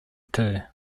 too